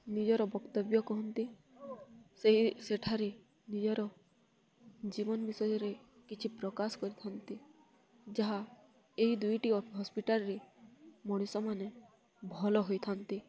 ନିଜର ବକ୍ତବ୍ୟ କୁହନ୍ତି ସେଇ ସେଠାରେ ନିଜର ଜୀବନ ବିଷୟରେ କିଛି ପ୍ରକାଶ କରିଥାନ୍ତି ଯାହା ଏହି ଦୁଇଟି ହସ୍ପିଟାଲରେ ମଣିଷ ମାନେ ଭଲ ହୋଇଥାନ୍ତି